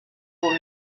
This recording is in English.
will